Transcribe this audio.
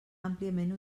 àmpliament